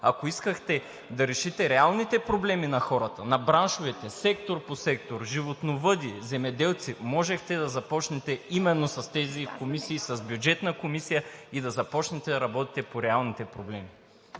Ако искахте да решите реалните проблеми на хората, на браншовете сектор по сектор – животновъди, земеделци, можехте да започнете именно с тези комисии – с Бюджетната, и да започнете да работите по реалните проблеми.